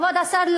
כבוד השר,